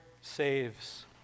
saves